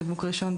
בחיבוק ראשון,